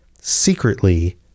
secretly